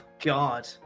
God